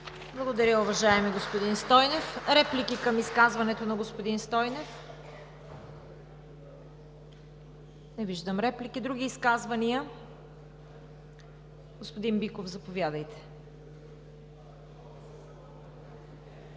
Благодаря, уважаеми господин Стойнев. Реплики към изказването на господин Стойнев? Не виждам. Други изказвания? Господин Биков, заповядайте.